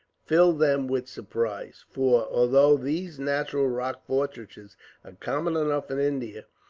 filled them with surprise for, although these natural rock fortresses are common enough in india,